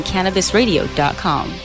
CannabisRadio.com